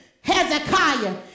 Hezekiah